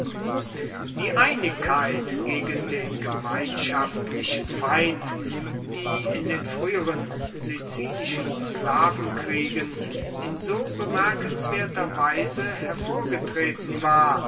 die einigkeit gegen den gemeinschaftlichen feind die in den früheren sizilischen sklavenkriegen in so bemerkenswerter weise hervorgetreten war